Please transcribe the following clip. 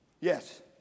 Yes